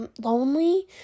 lonely